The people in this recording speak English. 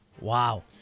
Wow